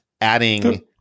adding